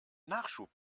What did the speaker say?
nachschub